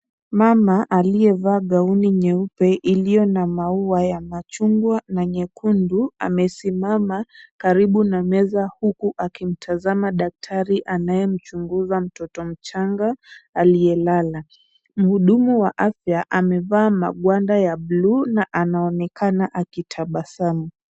Mama aliyevaa gown nyeupe, iliyo na maua ya machungwa na nyekundu, amesimama karibu na meza huku akimtazama daktari, anayemchunguza mtoto mchanga aliyelala. Muhudumu wa afya amevaa magwanda ya blue na anaonekana akitabasamu.